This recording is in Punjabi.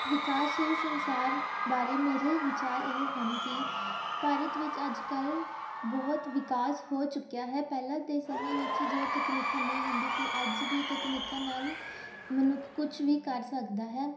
ਵਿਕਾਸਸ਼ੀਲ ਸੰਸਾਰ ਬਾਰੇ ਮੇਰੇ ਵਿਚਾਰ ਇਹ ਹਨ ਕਿ ਭਾਰਤ ਵਿੱਚ ਅੱਜ ਕੱਲ੍ਹ ਬਹੁਤ ਵਿਕਾਸ ਹੋ ਚੁੱਕਿਆ ਹੈ ਪਹਿਲਾਂ ਦੇ ਸਮੇਂ ਵਿੱਚ ਜੋ ਤਕਨੀਕਾਂ ਨਹੀਂ ਹੁੰਦੀਆਂ ਸੀ ਅੱਜ ਦੀ ਤਕਨੀਕਾਂ ਨਾਲ ਮਨੁੱਖ ਕੁਛ ਵੀ ਕਰ ਸਕਦਾ ਹੈ